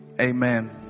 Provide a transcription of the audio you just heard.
Amen